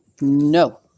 no